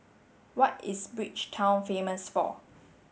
what is Bridgetown famous for